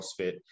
CrossFit